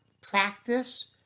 practice